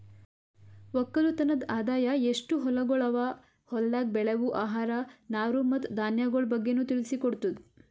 ಒಕ್ಕಲತನದ್ ಆದಾಯ, ಎಸ್ಟು ಹೊಲಗೊಳ್ ಅವಾ, ಹೊಲ್ದಾಗ್ ಬೆಳೆವು ಆಹಾರ, ನಾರು ಮತ್ತ ಧಾನ್ಯಗೊಳ್ ಬಗ್ಗೆನು ತಿಳಿಸಿ ಕೊಡ್ತುದ್